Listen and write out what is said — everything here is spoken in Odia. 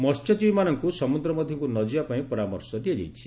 ମହ୍ୟଜୀବୀମାନଙ୍କୁ ସମୁଦ୍ର ମଧ୍ୟକୁ ନଯିବା ପାଇଁ ପରାମର୍ଶ ଦିଆଯାଇଛି